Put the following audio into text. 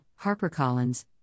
HarperCollins